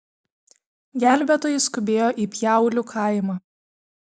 gelbėtojai skubėjo į pjaulių kaimą